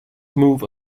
move